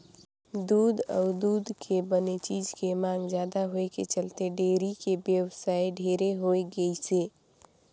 दूद अउ दूद के बने चीज के मांग जादा होए के चलते डेयरी के बेवसाय ढेरे होय गइसे